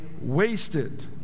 wasted